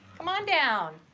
come on down.